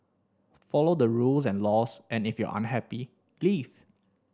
follow the rules and laws and if you're unhappy leave